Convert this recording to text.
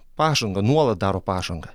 pažangą nuolat daro pažangą